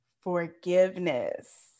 forgiveness